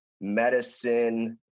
medicine